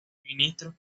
ministros